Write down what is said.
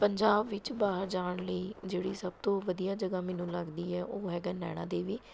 ਪੰਜਾਬ ਵਿੱਚ ਬਾਹਰ ਜਾਣ ਲਈ ਜਿਹੜੀ ਸਭ ਤੋਂ ਵਧੀਆ ਜਗ੍ਹਾ ਮੈਨੂੰ ਲੱਗਦੀ ਹੈ ਉਹ ਹੈਗਾ ਨੈਣਾ ਦੇਵੀ